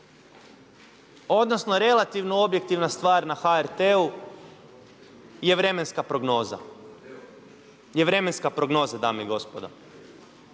odnosno relativno objektivna stvar na HRT-u je vremenska prognoza, je vremenska prognoza dame i gospodo.